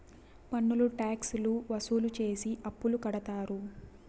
పన్నులు ట్యాక్స్ లు వసూలు చేసి అప్పులు కడతారు